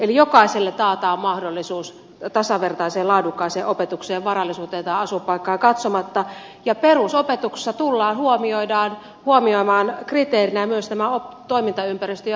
eli jokaiselle taataan mahdollisuus tasavertaiseen laadukkaaseen opetukseen varallisuuteen tai asuinpaikkaan katsomatta ja perusopetuksessa tullaan huomioimaan kriteerinä myös tämä toimintaympäristöjen haasteellisuus